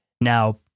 Now